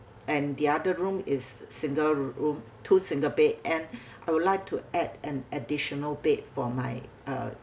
and the other room is single room two single bed and I would like to add an additional bed for my uh